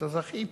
ואתה זכית